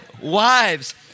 Wives